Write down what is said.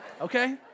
Okay